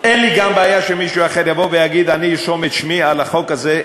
אין לי גם בעיה שמישהו אחר יבוא ויגיד: אני ארשום את שמי על החוק הזה,